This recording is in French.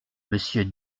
monsieur